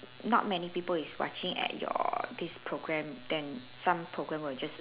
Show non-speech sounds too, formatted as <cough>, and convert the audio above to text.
not many people is watching at your <noise> this program then some program will just